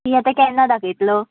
ती आतां केन्ना दाखयतलो